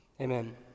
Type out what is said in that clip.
Amen